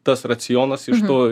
tas racionas iš to